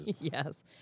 Yes